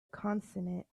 consonant